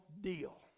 deal